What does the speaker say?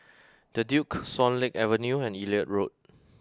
the Duke Swan Lake Avenue and Elliot Road